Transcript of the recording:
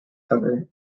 cover